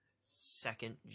second